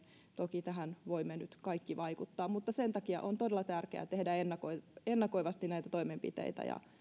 toki tähän voimme nyt kaikki vaikuttaa sen takia on todella tärkeää tehdä ennakoivasti näitä toimenpiteitä ja